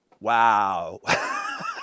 wow